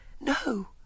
No